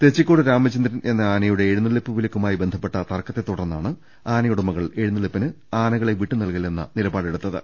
തെച്ചിക്കോട് രാമചന്ദ്രൻ എന്ന ആനയുടെ എഴുന്നള്ളിപ്പ് വിലക്കുമായി ബന്ധപ്പെട്ട തർക്കത്തെ തുടർന്നാണ് ആനയുടമകൾ എഴുന്നള്ളിപ്പിന് ആനകളെ വിട്ടുനൽകി ല്ലെന്ന നിലപാടെടുത്തത്